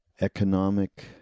economic